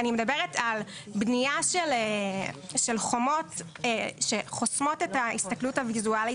אני מדברת על בנייה של חומות שחוסמות את ההסתכלות הוויזואלית,